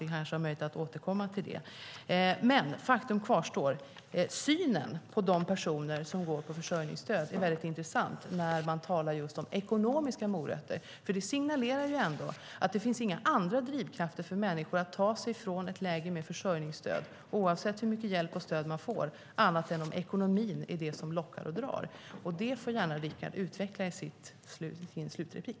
Vi kanske har möjlighet att återkomma till det. Faktum kvarstår dock: Synen på de personer som går på försörjningsstöd är väldigt intressant när man talar just om ekonomiska morötter. Det signalerar nämligen att det inte finns några andra drivkrafter för människor att ta sig från ett läge med försörjningsstöd, oavsett hur mycket hjälp och stöd man får, än om ekonomin lockar och drar. Det får Rickard gärna utveckla i sin avslutande replik.